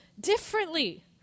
differently